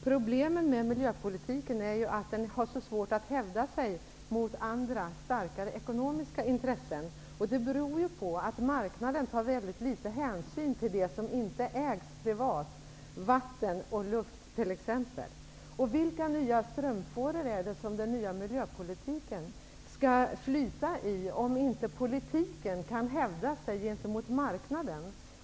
Problemen med miljöpolitiken är ju att den har så svårt att hävda sig mot andra starkare ekonomiska intressen. Det beror på att marknaden tar väldigt litet hänsyn till det som inte ägs privat, t.ex. vatten och luft. Vilka nya strömfåror är det som den nya miljöpolitiken skall flyta i om inte politiken kan hävda sig gentemot marknaden?